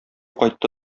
кайтты